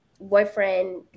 boyfriend